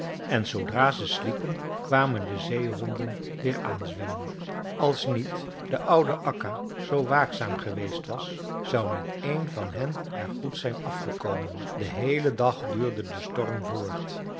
en zoodra ze sliepen kwamen de zeehonden weer aanzwemmen als niet de oude akka zoo waakzaam geweest was zou niet één van hen er goed zijn afgekomen den heelen dag duurde de storm voort